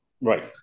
Right